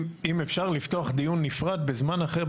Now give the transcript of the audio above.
אם אפשר לפתוח דיון נפרד בזמן אחר,